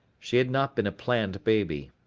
she had not been a planned baby.